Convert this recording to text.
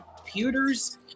computers